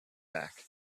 back